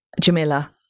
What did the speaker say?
Jamila